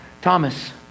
Thomas